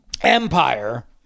empire